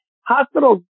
hospital